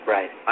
Right